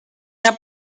una